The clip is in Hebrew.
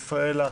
ישראלה,